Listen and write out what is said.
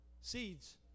seeds